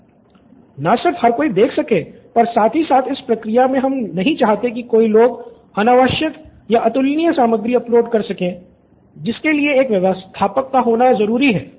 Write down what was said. student 1 न सिर्फ हर कोई देख सके पर साथ ही साथ इस प्रक्रिया में हम नहीं चाहते कि लोग कोई अनावश्यक या अतुलनीय सामग्री अपलोड कर सके जिसके लिए एक व्यवस्थापक का होना ज़रूरी है